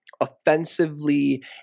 offensively